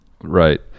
right